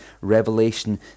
Revelation